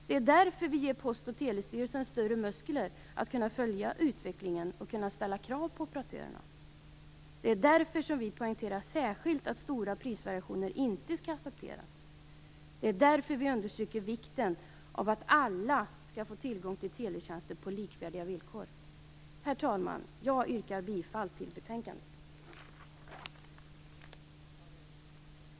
Det är därför vi ger Post och telestyrelsen större muskler att kunna följa utvecklingen och ställa krav på operatörerna. Det är därför vi särskilt poängterar att stora prisvariationer inte skall accepteras. Det är därför vi understryker vikten av att alla skall få tillgång till teletjänster på likvärdiga villkor. Herr talman! Jag yrkar bifall till utskottets hemställan i betänkandet.